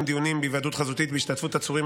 דיונים בהיוועדות חזותית בהשתתפות עצורים,